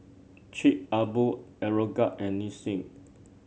Chic A Boo Aeroguard and Nissin